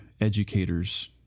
educators